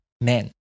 men